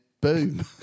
boom